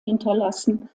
hinterlassen